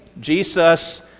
Jesus